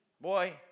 Boy